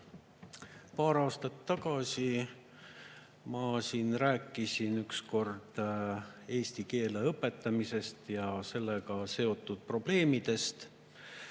Paar aastat tagasi ma siin ükskord rääkisin eesti keele õpetamisest ja sellega seotud probleemidest.